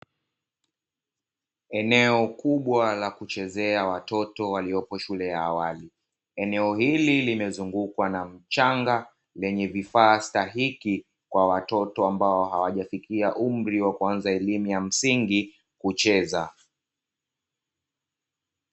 Eneo kubwa la kuchezea watoto waliopo shule ya awali. Eneo hili limezungukwa na mchanga lenye vifaa stahiki, kwa watoto ambao hawajafikia umri wa kuanza elimu ya msingi hucheza.